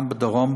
גם בדרום,